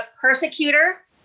persecutor